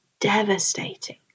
devastating